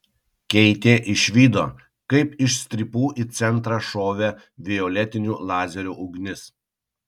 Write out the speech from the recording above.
keitė išvydo kaip iš strypų į centrą šovė violetinių lazerių ugnis